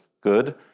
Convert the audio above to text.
good